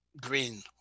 green